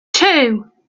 two